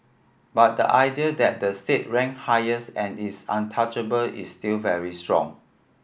but the idea that the state rank highest and is untouchable is still very strong